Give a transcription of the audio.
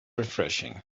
refreshing